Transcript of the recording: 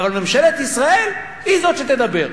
אבל ממשלת ישראל היא זאת שתדבר.